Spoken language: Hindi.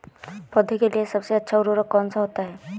पौधे के लिए सबसे अच्छा उर्वरक कौन सा होता है?